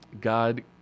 God